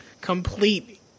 complete